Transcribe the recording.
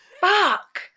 Fuck